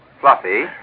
fluffy